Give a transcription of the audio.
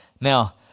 Now